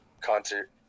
concert